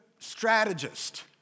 Strategist